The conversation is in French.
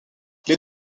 les